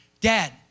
dad